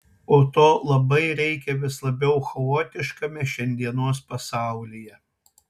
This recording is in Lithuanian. o to labai reikia vis labiau chaotiškame šiandienos pasaulyje